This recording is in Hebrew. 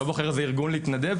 הוא לא בוחר איזה ארגון להתנדב,